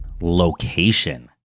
location